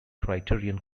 criterion